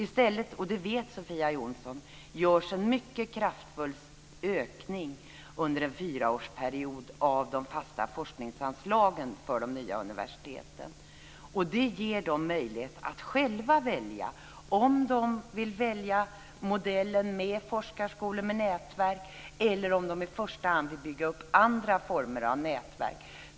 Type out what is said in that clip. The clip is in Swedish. I stället - och det vet Sofia Jonsson också - görs en mycket kraftfull ökning under en fyraårsperiod av de fasta forskningsanslagen för de nya universiteten. Det ger dem möjlighet att själva välja. De kan välja modellen med forskarskolor med nätverk eller om de i första hand vill bygga upp andra former av nätverk.